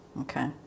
Okay